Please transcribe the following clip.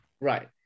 Right